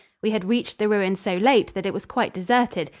we had reached the ruin so late that it was quite deserted,